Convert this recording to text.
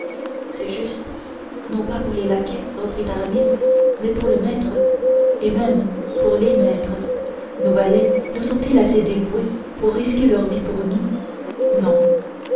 c'est juste non pas pour les laquais reprit aramis mais pour le maître et même pour les maîtres nos valets nous sont-ils assez dévoués pour risquer leur vie pour nous non